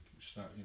start